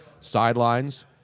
sidelines